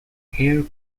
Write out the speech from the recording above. here